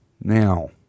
Now